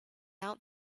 out